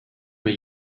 mir